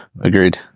Agreed